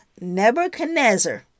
Nebuchadnezzar